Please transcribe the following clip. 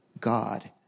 God